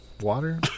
water